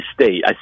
state